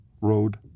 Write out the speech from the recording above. road